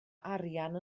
arian